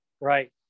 right